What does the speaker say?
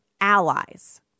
allies